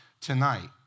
tonight